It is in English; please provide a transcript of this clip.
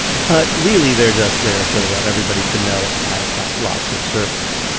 but really, they're just there so that everybody can know i've got lots of servants.